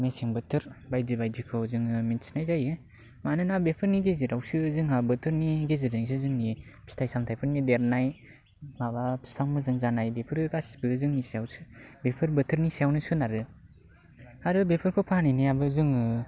मेसें बोथोर बायदि बायदिखौ जोङो मिथिनाय जायो मानोना बेफोरनि गेजेरावसो जोंहा बोथोरनि गेजेरजोंसो जोंनि फिथाय सामथायफोरनि देरनाय माबा फिफां मोजां जानाय बेफोरो गासिबो जोंनि सायावसो बेफोर बोथोरनि सायावनो सोनारो आरो बेफोरखौ फानहैनायाबो जोङो